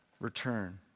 return